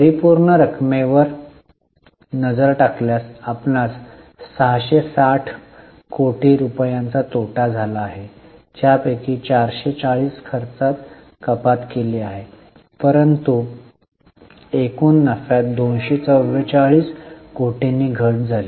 परिपूर्ण रकमेवर नजर टाकल्यास आपणास 660 कोटी रुपयांचा तोटा झाला आहे ज्यापैकी 440 खर्चात कपात केली गेली परंतु एकूण नफ्यात 244 कोटींनी घट झाली